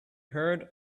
heard